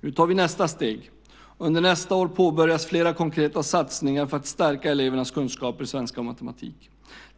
Nu tar vi nästa steg. Under nästa år påbörjas flera konkreta satsningar för att stärka elevernas kunskaper i svenska och matematik.